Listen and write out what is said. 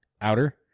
outer